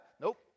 Nope